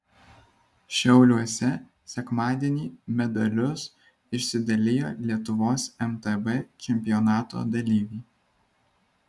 šiauliuose sekmadienį medalius išsidalijo lietuvos mtb čempionato dalyviai